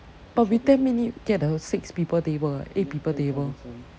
but we ten minute get the six people table eh eight people table